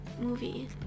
movie